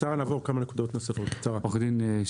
בקצרה נעבור כמה נקודות נוספות, בקצרה.